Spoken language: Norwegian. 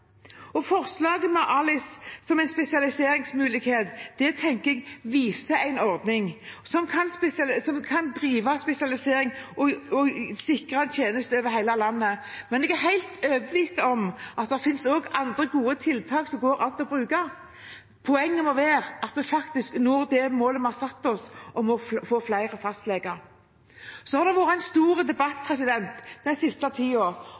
Forslaget om ALIS som en spesialiseringsmulighet mener jeg viser en ordning som kan drive spesialisering og sikre en tjeneste over hele landet, men jeg er helt overbevist om at det også finnes andre gode tiltak det går an å bruke. Poenget må være at vi når det målet vi har satt oss, om å få flere fastleger. Det har den siste tiden vært en stor debatt